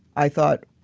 i thought,